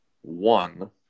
one